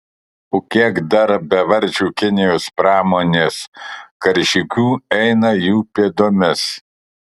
o kiek dar bevardžių kinijos pramonės karžygių eina jų pėdomis